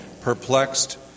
perplexed